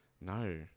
No